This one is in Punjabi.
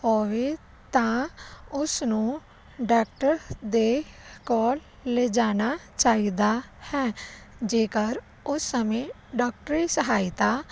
ਹੋਵੇ ਤਾਂ ਉਸਨੂੰ ਡਾਕਟਰ ਦੇ ਕੋਲ ਲੈ ਜਾਣਾ ਚਾਹੀਦਾ ਹੈ ਜੇਕਰ ਉਸ ਸਮੇਂ ਡਾਕਟਰੀ ਸਹਾਇਤਾ